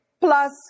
plus